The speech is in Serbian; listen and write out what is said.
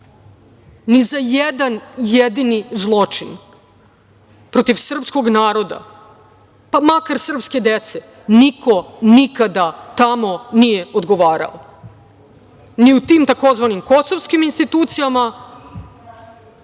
Ni za jedan jedini zločin protiv srpskog naroda, pa, makar srpske dece, niko nikada tamo nije odgovarao. Ni u tim tzv. kosovskim institucijama ni u UNMIK, ni